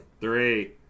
Three